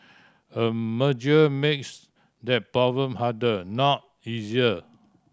a merger makes that problem harder not easier